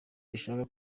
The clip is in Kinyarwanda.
bishaka